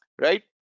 right